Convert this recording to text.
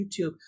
YouTube